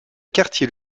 quartier